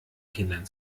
kindern